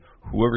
Whoever